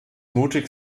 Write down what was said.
mutig